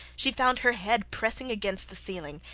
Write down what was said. she found her head pressing against the ceiling,